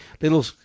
little